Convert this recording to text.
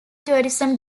tourism